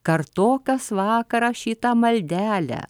kartok kas vakarą šitą maldelę